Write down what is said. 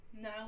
Now